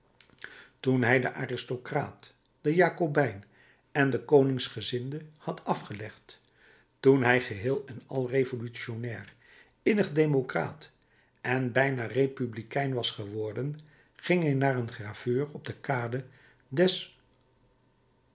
toen hij den aristocraat den jakobijn en den koningsgezinde had afgelegd toen hij geheel en al revolutionnair innig democraat en bijna republikein was geworden ging hij naar een graveur op de kade des